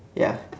ya